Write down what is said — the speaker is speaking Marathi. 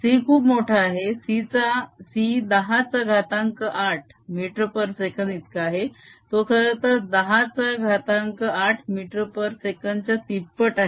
c खूप मोठा आहे c 10 चा घातांक 8 ms इतका आहे तो खरतर 10 चा घातांक 8 ms च्या तिप्पट आहे